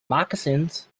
moccasins